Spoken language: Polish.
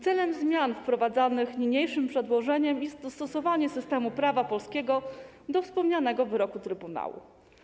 Celem zmian wprowadzanych w niniejszym przedłożeniu jest dostosowanie systemu prawa polskiego do wspomnianego wyroku trybunału.